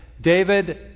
David